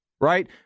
right